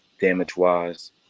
damage-wise